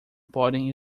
podem